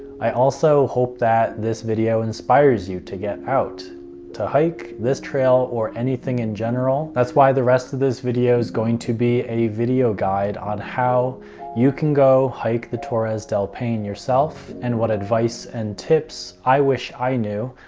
i also hope that this video inspires you to get out to hike this trail or anything in general. that's why the rest of this video is going to be a video guide on how you can go hike the torres del paine yourself, and what advice and tips i wish i knew.